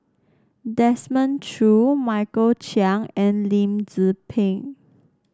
Desmond Choo Michael Chiang and Lim Tze Peng